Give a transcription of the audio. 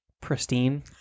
pristine